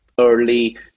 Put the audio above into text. early